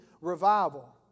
revival